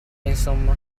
insomma